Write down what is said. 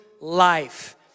life